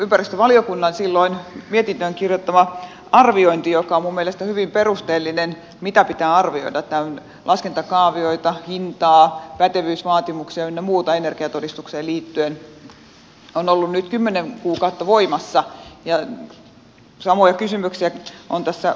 ympäristövaliokunnan mietintöön kirjoittama arviointi on minun mielestäni hyvin perusteellinen mitä pitää arvioida laskentakaavioita hintaa pätevyysvaatimuksia ynnä muuta energiatodistukseen liittyen laki on ollut nyt kymmenen kuukautta voimassa ja samoja kysymyksiä on tässä kansalaisaloitteessa